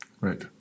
Right